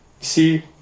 See